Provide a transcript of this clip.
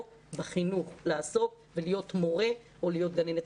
בחינוך ולהיות מורה או להיות גננת.